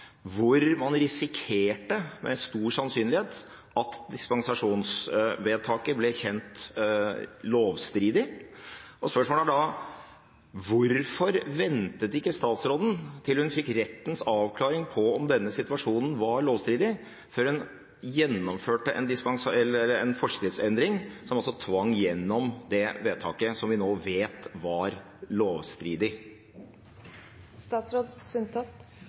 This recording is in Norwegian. hvor man risikerte, med stor sannsynlighet, at dispensasjonsvedtaket ble kjent lovstridig. Spørsmålet er da: Hvorfor ventet ikke statsråden til hun fikk rettens avklaring på om denne situasjonen var lovstridig, før hun gjennomførte en forskriftsendring som altså tvang gjennom det vedtaket som vi nå vet var lovstridig?